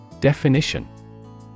Definition